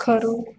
ખરું